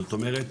זאת אומרת